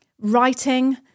writing